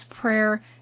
prayer